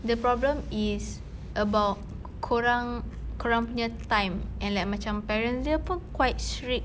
the problem is about kau orang kau orang punya time and like macam parents dia pun quite strict